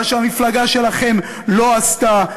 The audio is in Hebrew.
מה שהמפלגה שלכם לא עשתה,